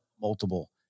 multiple